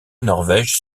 norvège